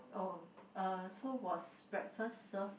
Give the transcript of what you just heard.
oh uh so was breakfast served